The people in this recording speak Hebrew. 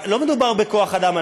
לא מדובר בכוח-אדם,